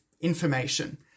information